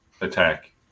attack